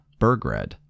Burgred